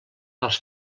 als